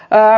kai